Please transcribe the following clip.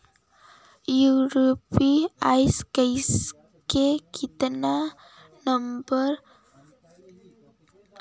UPI के PIN number दुबारा कइसे पता चलही?